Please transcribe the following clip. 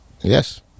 Yes